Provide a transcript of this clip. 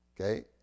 Okay